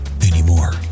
anymore